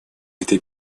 этой